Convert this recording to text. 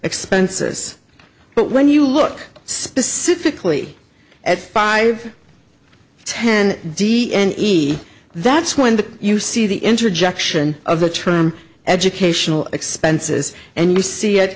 expenses but when you look specifically at five ten d and e that's when you see the interjection of the term educational expenses and you see it